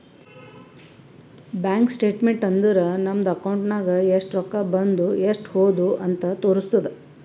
bank statement ಅಂದುರ್ ನಮ್ದು account ನಾಗ್ ಎಸ್ಟ್ ರೊಕ್ಕಾ ಬಂದು ಎಸ್ಟ್ ಹೋದು ಅಂತ್ ತೋರುಸ್ತುದ್